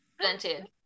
planted